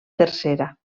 tercera